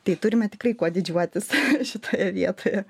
tai turime tikrai kuo didžiuotis šitoje vietoje